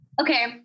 Okay